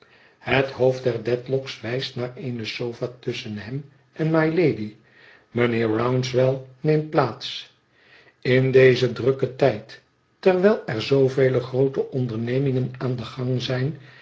het hoofd der dedlock's wijst naar eene sofa tusschen hem en mylady mijnheer rouncewell neemt plaats in dezen drukken tijd terwijl er zoovele groote ndernemingen aan den gang zijn